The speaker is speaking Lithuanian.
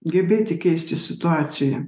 gebėti keisti situaciją